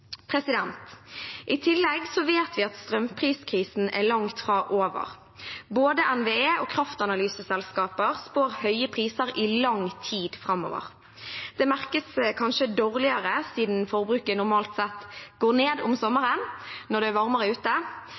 I tillegg vet vi at strømpriskrisen er langt fra over. Både NVE og kraftanalyseselskaper spår høye priser i lang tid framover. Det merkes kanskje dårligere siden forbruket normalt sett går ned om sommeren, når det er varmere ute,